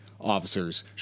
officers